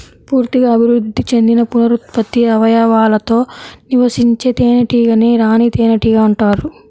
పూర్తిగా అభివృద్ధి చెందిన పునరుత్పత్తి అవయవాలతో నివసించే తేనెటీగనే రాణి తేనెటీగ అంటారు